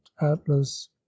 atlas